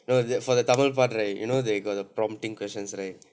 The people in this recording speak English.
no that for the tamil part right you know they got the prompting questions right